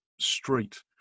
street